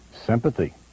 Sympathy